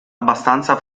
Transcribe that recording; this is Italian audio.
abbastanza